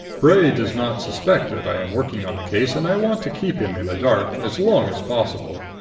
bray does not suspect that i am working on the case and i want to keep him in the dark as long as possible.